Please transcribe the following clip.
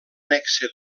nexe